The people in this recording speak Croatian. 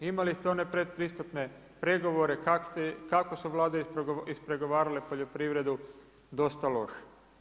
Imali ste one pretpristupne pregovore kako su vlade ispregovarale poljoprivredu, dosta loše.